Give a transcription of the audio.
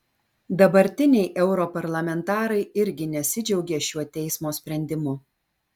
dabartiniai europarlamentarai irgi nesidžiaugė šiuo teismo sprendimu